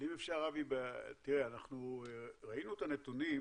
אנחנו ראינו את הנתונים